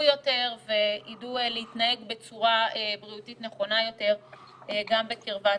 יותר ויידעו להתנהג בצורה בריאותית נכונה יותר גם בקרבת